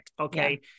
okay